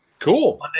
Cool